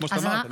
כמו שאמרת,